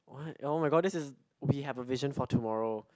what [oh]-my-god this is we have a vision for tomorrow